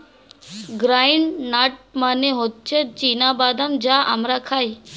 ground nut মানে হচ্ছে চীনা বাদাম যা আমরা খাই